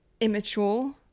immature